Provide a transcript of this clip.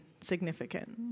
significant